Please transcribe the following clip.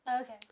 Okay